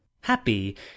Happy